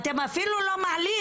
אתם אפילו לא מעלים